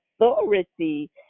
authority